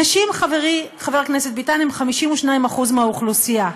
נשים, חברי חבר הכנסת ביטן, הן 52% מהאוכלוסייה.